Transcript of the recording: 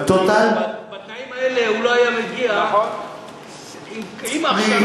בתנאים האלה הוא לא היה מגיע, עם ההכשרה